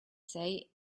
say